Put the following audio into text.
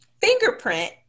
Fingerprint